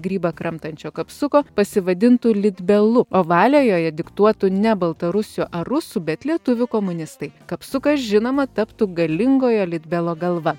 grybą kramtančio kapsuko pasivadintų litbelu o valią joje diktuotų ne baltarusių ar rusų bet lietuvių komunistai kapsukas žinoma taptų galingojo litbelo galva